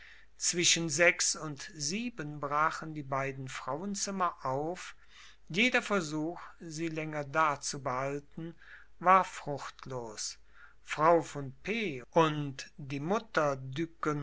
zwischen sechs und sieben brachen die beiden frauenzimmer auf jeder versuch sie länger dazubehalten war fruchtlos frau von p und die mutter